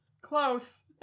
Close